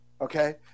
okay